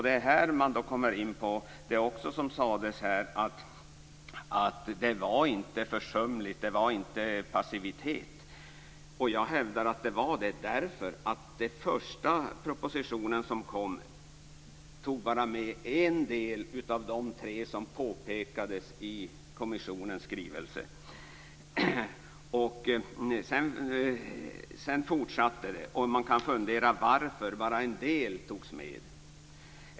Det är här man kommer in på det som också sades här, att det inte var försumligt, att det inte var passivitet. Men jag hävdar att det var det, för den första proposition som kom tog bara med en sak av de tre som påpekades i kommissionens skrivelse. Sedan fortsatte det. Man kan fundera på varför bara en del togs med.